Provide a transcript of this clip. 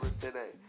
today